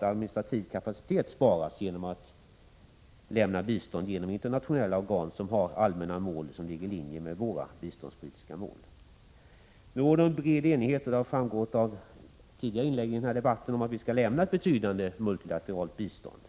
administrativ kapacitet sparas genom att man lämnar bistånd genom internationella organ som har allmänna mål som ligger i linje med våra biståndspolitiska mål. Nu råder en bred enighet — det har framgått av tidigare inlägg under debatten — om att vi skall lämna ett betydande multilateralt bistånd.